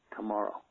tomorrow